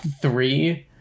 three